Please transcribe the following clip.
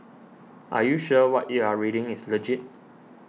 are you sure what you're reading is legit